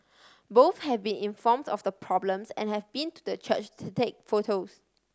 both have been informed of the problems and have been to the church to take photos